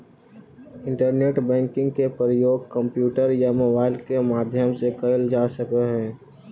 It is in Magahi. इंटरनेट बैंकिंग के प्रयोग कंप्यूटर या मोबाइल के माध्यम से कैल जा सकऽ हइ